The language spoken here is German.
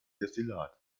destillat